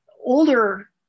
older